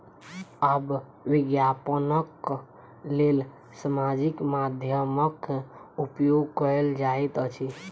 आब विज्ञापनक लेल सामाजिक माध्यमक उपयोग कयल जाइत अछि